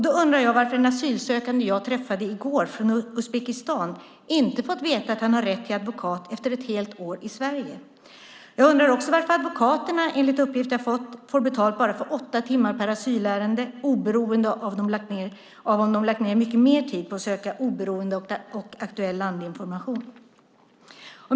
Då undrar jag varför en asylsökande från Uzbekistan jag träffade i går inte efter ett helt år i Sverige fått veta att han har rätt till advokat. Jag undrar också varför advokaterna, enligt uppgift, får betalt för bara åtta timmar per asylärende oberoende av om de har lagt ned mycket mer tid på att söka oberoende och aktuell landinformation.